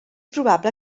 probable